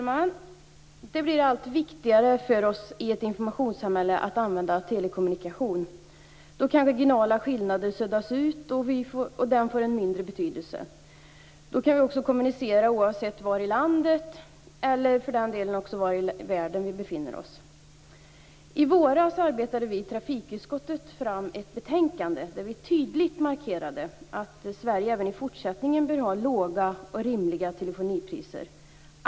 Fru talman! Det blir allt viktigare för oss i ett informationssamhälle att använda telekommunikation. Regionala skillnader suddas ut eller får mindre betydelse. Vi kan också kommunicera oavsett var i landet eller var i världen vi befinner oss. I våras arbetade vi i trafikutskottet fram ett betänkande där vi tydligt markerade att Sverige även i fortsättningen bör ha låga och rimliga telefonipriser.